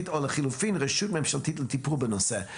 או לחילופין רשות ממשלתית לטיפול בנושא.